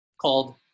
called